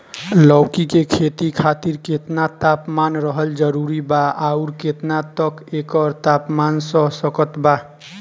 लौकी के खेती खातिर केतना तापमान रहल जरूरी बा आउर केतना तक एकर तापमान सह सकत बा?